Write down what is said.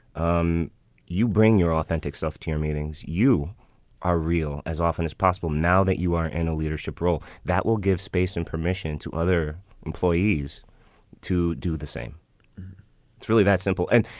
um you bring your authentic self to your meetings. you are real as often as possible now that you are in a leadership role that will give space and permission to other employees to do the same it's really that simple. and,